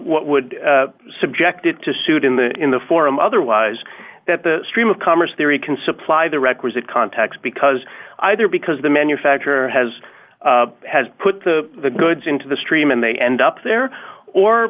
what would subjected to suit in the in the forum otherwise that the stream of commerce there he can supply the requisite context because either because the manufacturer has has put the goods into the stream and they end up there or